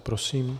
Prosím.